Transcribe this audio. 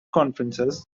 conferences